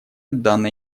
данной